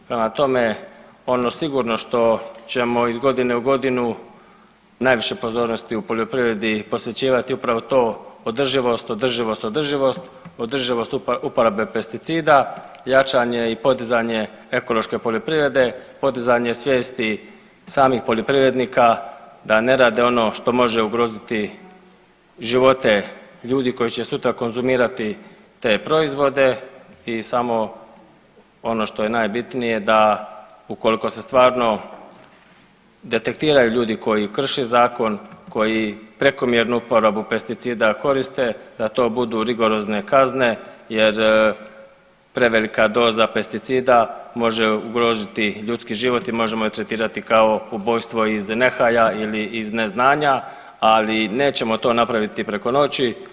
Prema tome, ono sigurno što ćemo iz godine u godinu najviše pozornosti u poljoprivredi posvećivati upravo to održivost, održivost, održivost, održivost uporabe pesticida, jačanje i podizanje ekološke poljoprivrede, podizanje svijesti samih poljoprivrednika da ne rade ono što može ugroziti živote ljudi koji će sutra konzumirati te proizvode i samo ono što je najbitnije da ukoliko se stvarno detektiraju ljudi koji krše zakon, koji prekomjernu uporabu pesticida koriste da to budu rigorozne kazne jer prevelika doza pesticida može ugroziti ljudski život i možemo je tretirati kao ubojstvo iz nehaja ili iz neznanja, ali nećemo to napraviti preko noći.